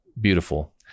beautiful